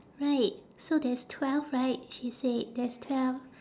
right so there's twelve right she said there's twelve